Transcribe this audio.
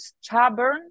stubborn